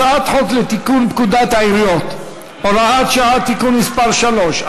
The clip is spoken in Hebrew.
הצעת חוק לתיקון פקודת העיריות (הוראת שעה) (תיקון מס' 3),